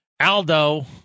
Aldo